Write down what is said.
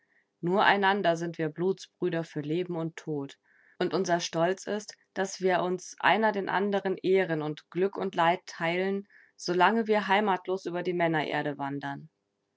nur einander sind wir blutsbrüder für leben und tod und unser stolz ist daß wir uns einer den anderen ehren und glück und leid teilen solange wir heimatlos über die männererde wandern